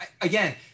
again